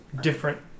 different